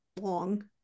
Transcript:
long